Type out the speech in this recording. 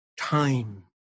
time